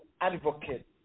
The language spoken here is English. advocate